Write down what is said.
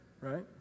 right